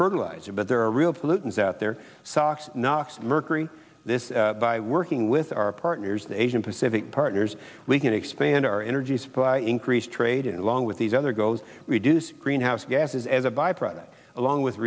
fertilizer but there are real pollutants out there socks knocks mercury this by working with our partners the asian pacific partners we can expand our energy supply increased trade along with these other goes reduce greenhouse gases as a byproduct along with